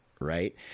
right